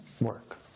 work